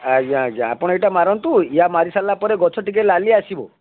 ଆଜ୍ଞା ଆଜ୍ଞା ଆପଣ ଏଇଟା ମାରନ୍ତୁ ୟା ମାରିସାରିଲା ପରେ ଗଛ ଟିକିଏ ଲାଲି ଆସିବ